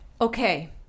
Okay